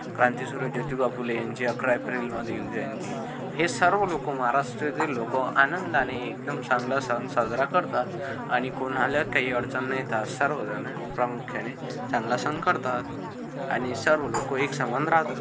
क्रांतिसूर्य ज्योतिबा फुले यांची अकरा एप्रिलमधील जयंती हे सर्व लोक महाराष्ट्रातील लोक आनंदाने एकदम चांगला सण साजरा करतात आणि कोणाला काही अडचण न येता सर्व जण प्रामुख्याने चांगला सण करतात आणि सर्व लोक एकसमान राहतात